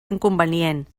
inconvenient